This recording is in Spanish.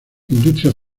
industria